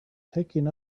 taking